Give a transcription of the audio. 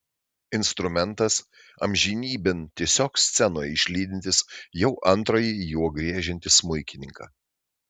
instrumentas amžinybėn tiesiog scenoje išlydintis jau antrąjį juo griežiantį smuikininką